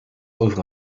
over